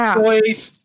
boys